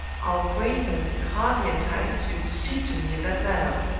our acquaintance hardly entitles you to speak to me in that manner.